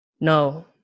No